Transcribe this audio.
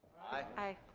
aye.